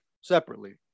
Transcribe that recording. separately